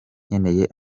nkeneye